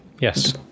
Yes